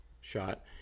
shot